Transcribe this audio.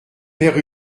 père